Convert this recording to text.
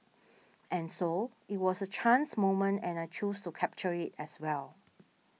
and so it was a chance moment and I chose to capture it as well